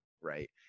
right